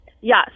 Yes